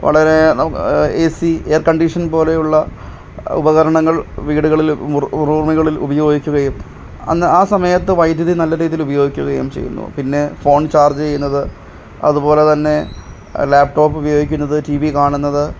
വളരെ A C air condition പോലെ ഉള്ള ഉപകരണങ്ങൾ വീടുകളിൽ റൂമുകളിൽ ഉപയോഗിക്കുകയും അന്ന് ആ സമയത്ത് വൈദ്യുതി നല്ല രീതിയിൽ ഉപയോഗിക്കുകയും ചെയ്യുന്നു പിന്നെ ഫോൺ ചാർജ് ചെയ്യുന്നത് അതുപോലെതന്നെ ലാപ്ടോപ്പ് ഉപയോഗിക്കുന്നത് ടി വി കാണുന്നത്